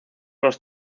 los